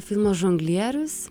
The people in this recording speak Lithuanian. filmas žonglierius